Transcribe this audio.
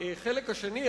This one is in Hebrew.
החלק השני,